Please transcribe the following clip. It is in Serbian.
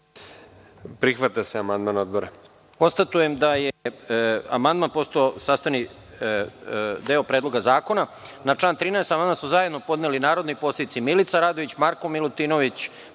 Prihvata se amandman Odbora.